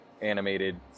animated